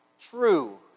true